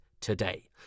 today